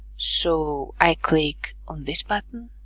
so, i click on this button,